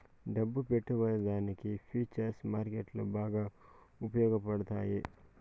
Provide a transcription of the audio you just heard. డబ్బు పెట్టుబడిదారునికి ఫుచర్స్ మార్కెట్లో బాగా ఉపయోగపడతాయి